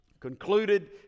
concluded